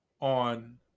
on